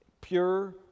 pure